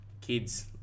kids